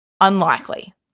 Unlikely